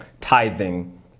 tithing